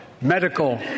medical